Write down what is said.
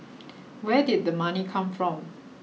where did the money come from